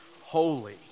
holy